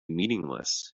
meaningless